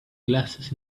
glasses